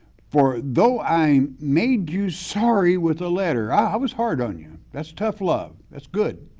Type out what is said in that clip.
for though i made you sorry with a letter, i was hard on you, that's tough love, that's good.